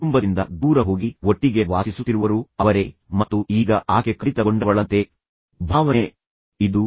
ಕುಟುಂಬದಿಂದ ದೂರ ಹೋಗಿ ಒಟ್ಟಿಗೆ ವಾಸಿಸುತ್ತಿರುವವರು ಅವರೇ ಮತ್ತು ಈಗ ಆಕೆ ಕಡಿತಗೊಂಡವಳಂತೆ ಭಾವಿಸುತ್ತಾಳೆ